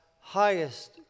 highest